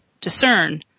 discern